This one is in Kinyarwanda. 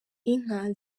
inka